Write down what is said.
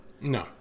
No